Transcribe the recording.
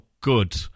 good